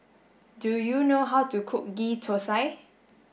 do you know how to cook ghee Thosai